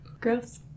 Gross